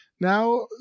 now